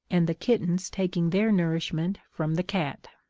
and the kittens taking their nourishment from the cat.